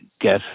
get